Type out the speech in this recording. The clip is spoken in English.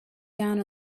down